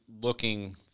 looking